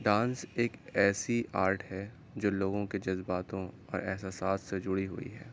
dance ایک ایسی art ہے جو لوگوں کے جذباتوں اور احساسات سے جڑی ہوئی ہے